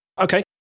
Okay